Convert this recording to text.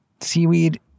Seaweed